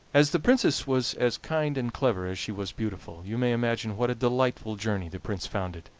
as the princess was as kind and clever as she was beautiful, you may imagine what a delightful journey the prince found it,